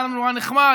היה לנו נורא נחמד,